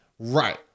right